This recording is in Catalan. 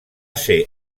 ser